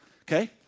Okay